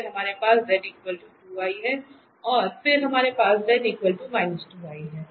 फिर हमारे पास z 2 i है और फिर हमारे पास z 2 i है